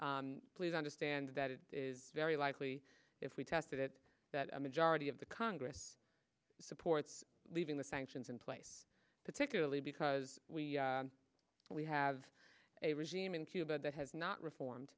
please understand that it is very likely if we tested it that a majority of the congress supports leaving the sanctions in place particularly because we have a regime in cuba that has not reformed